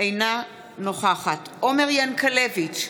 אינה נוכחת עומר ינקלביץ'